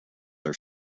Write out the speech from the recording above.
are